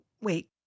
wait